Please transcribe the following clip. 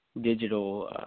digital